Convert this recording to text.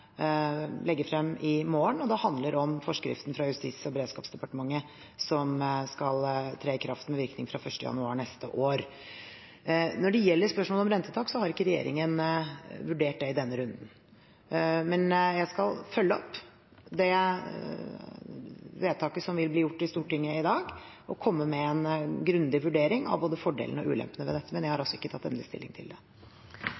frem i morgen, og det handler om forskriften fra Justis- og beredskapsdepartementet som skal tre i kraft med virkning fra 1. januar neste år. Når det gjelder spørsmålet om rentetak, har ikke regjeringen vurdert det i denne runden. Men jeg skal følge opp det vedtaket som vil bli gjort i Stortinget i dag, og komme med en grundig vurdering av både fordelene og ulempene ved dette. Men jeg har